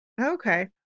Okay